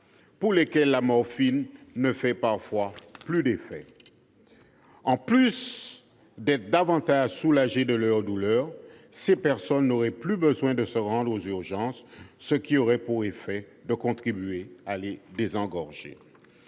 pour lesquelles la morphine ne fait parfois plus effet. En plus d'être davantage soulagées de leurs douleurs, ces personnes n'auraient plus besoin de se rendre aux urgences, ce qui aurait pour effet de contribuer à les désengorger.